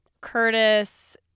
Curtis